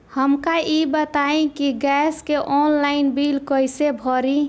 हमका ई बताई कि गैस के ऑनलाइन बिल कइसे भरी?